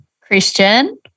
Christian